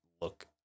look